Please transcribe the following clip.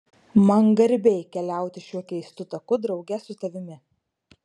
man garbė keliauti šiuo keistu taku drauge su tavimi